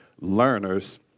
learners